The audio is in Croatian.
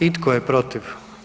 I tko je protiv?